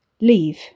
leave